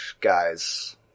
guys